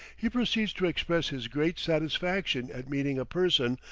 he proceeds to express his great satisfaction at meeting a person,